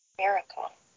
miracle